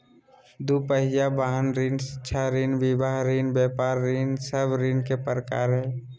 दू पहिया वाहन ऋण, शिक्षा ऋण, विवाह ऋण, व्यापार ऋण सब ऋण के प्रकार हइ